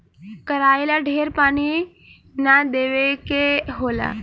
कराई ला ढेर पानी ना देवे के होला